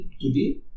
today